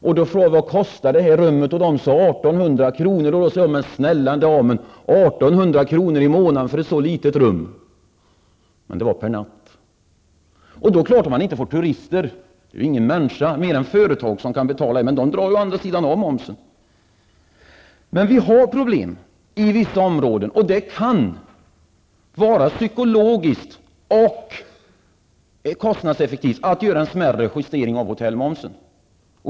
Och då frågade jag: Vad kostar det här rummet? De sade: 1 800 kr. Och jag sade: Men snälla damen, 1 800 kr. per månad för ett så litet rum. Men det var per natt. Då är det klart att man inte får turister. Så mycket kan ju ingen människa betala utom företag, men de drar å andra sidan av momsen. Vi har dock problem i vissa områden, och det kan vara bra psykologiskt sett och kostnadseffektivt att göra en smärre justering av hotellmomsen.